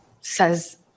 Says